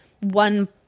one